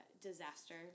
disaster